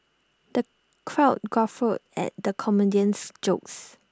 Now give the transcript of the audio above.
the crowd guffawed at the comedian's jokes